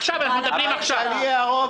עכשיו, הם מדברים על עכשיו.